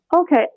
Okay